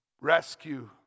Rescue